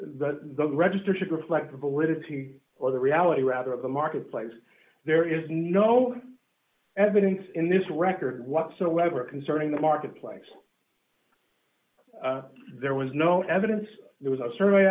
the register should reflect the validity or the reality rather of the marketplace there is no evidence in this record whatsoever concerning the marketplace there was no evidence there was are certainly